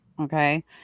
okay